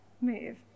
move